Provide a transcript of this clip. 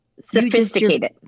sophisticated